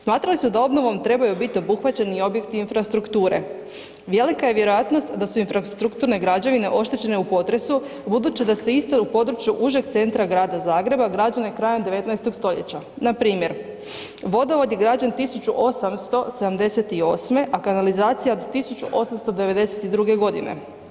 Smatrali su da obnovom trebaju biti obuhvaćeni objekti infrastrukture, velika je vjerojatnost da su infrastrukturne građevine oštećene u potresu budući da se iste u području užeg centra Grada Zagreba građane krajem 19. stoljeća, npr. vodovod je građen 1878., a kanalizacija od 1892. godine.